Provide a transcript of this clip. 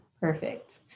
perfect